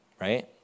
right